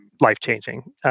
life-changing